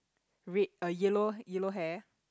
red a yellow yellow hair